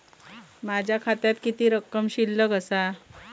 माझ्या खात्यात किती रक्कम शिल्लक आसा?